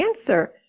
answer